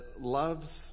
loves